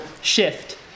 shift